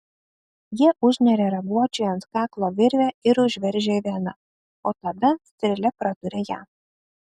jie užneria raguočiui ant kaklo virvę ir užveržia veną o tada strėle praduria ją